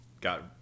got